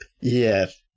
Yes